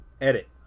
Edit